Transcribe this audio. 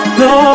no